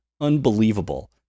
unbelievable